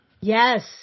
Yes